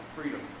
freedom